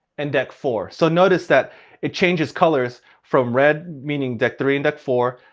and deck four. so notice that it changes colours from red, meaning deck three and deck four,